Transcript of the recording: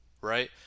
right